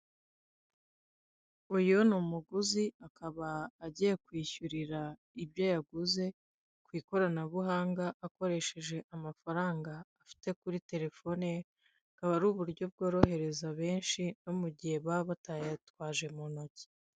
Uyu n'umuguzi akaba agiye kwishyurira ibyo yaguze ku ikoranabuhanga akoresheje amafaranga afite kuri terefone ye, akaba ari uburyo bworohereza benshi nko mu gihe baba batayitwaje mu ntoki.